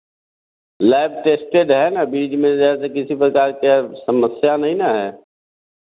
lab tested है ना बीज में जैसे किसी प्रकार की समस्या नहीं ना है